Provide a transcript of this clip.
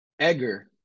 Edgar